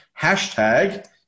hashtag